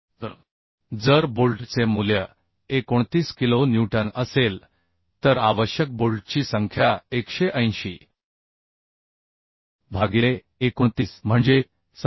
तर जर बोल्टचे मूल्य 29 किलो न्यूटन असेल तर आवश्यक बोल्टची संख्या 180 भागिले 29 म्हणजे 6